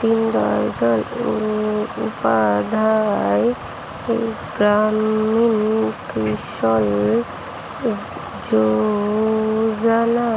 দিনদয়াল উপাধ্যায় গ্রামীণ কৌশল্য যোজনা